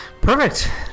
perfect